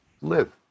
Live